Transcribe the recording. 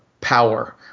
power